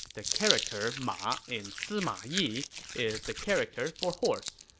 the character ma in sima yi is the character for horse.